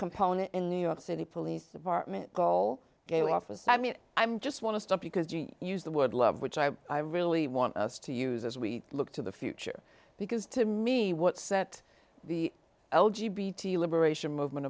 component in new york city police department call gay office i mean i'm just want to stop because you use the word love which i i really want us to use as we look to the future because to me what set the l g b t liberation movement